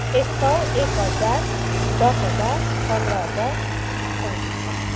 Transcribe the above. एक सौ एक हजार दस हजार पन्ध्र हजार पैँतिस हजार